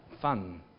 fun